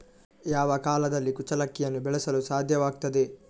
ಯಾವ ಕಾಲದಲ್ಲಿ ಕುಚ್ಚಲಕ್ಕಿಯನ್ನು ಬೆಳೆಸಲು ಸಾಧ್ಯವಾಗ್ತದೆ?